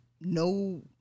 no